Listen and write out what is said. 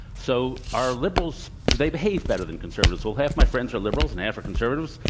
so, are liberals do they behave better than conservatives? well, half my friends are liberals, and half are conservatives.